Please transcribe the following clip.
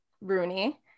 Rooney